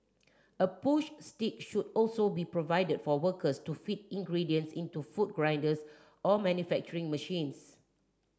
a push stick should also be provided for workers to feed ingredients into food grinders or manufacturing machines